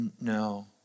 no